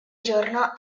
giorno